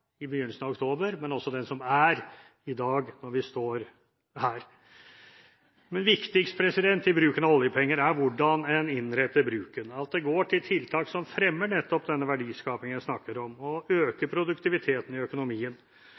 i begynnelsen av oktober, men også den som er i dag når vi står her. Viktigst når det gjelder bruken av oljepenger, er hvordan en innretter bruken, at det går til tiltak som fremmer nettopp denne verdiskapingen vi snakker om og øker produktiviteten i økonomien.